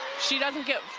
she doesn't get,